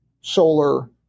solar